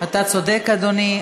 אתה צודק, אדוני.